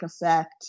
effect